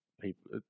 people